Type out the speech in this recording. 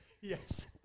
Yes